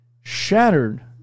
shattered